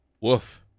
Woof